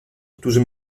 którzy